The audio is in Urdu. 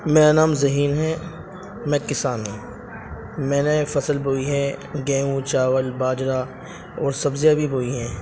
میرا نام ذہین ہے میں کسان ہوں میں نے فصل بوئی ہے گیہوں چاول باجرا اور سبزیاں بھی بوئیں ہیں